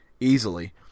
easily